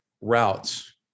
routes